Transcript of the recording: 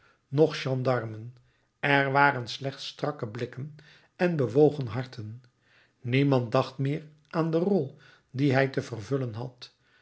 noch gendarmen er waren slechts strakke blikken en bewogen harten niemand dacht meer aan de rol die hij te vervullen had